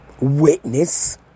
Witness